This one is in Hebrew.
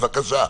בבקשה.